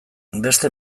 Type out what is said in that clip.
beste